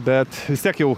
bet vis tiek jau